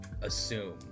assume